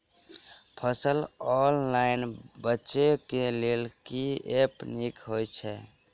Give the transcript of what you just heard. फसल ऑनलाइन बेचै केँ लेल केँ ऐप नीक होइ छै?